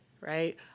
right